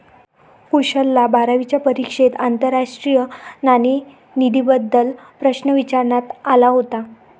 कुशलला बारावीच्या परीक्षेत आंतरराष्ट्रीय नाणेनिधीबद्दल प्रश्न विचारण्यात आला होता